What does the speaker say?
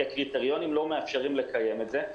כי הקריטריונים לא מאפשרים לקיים את זה.